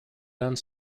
done